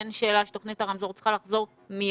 אין שאלה שתוכנית הרמזור צריכה לחזור מידית.